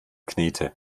knete